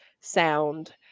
sound